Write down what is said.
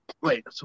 wait